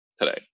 today